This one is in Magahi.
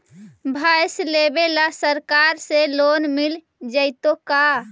भैंस लेबे ल सरकार से लोन मिल जइतै का?